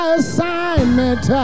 assignment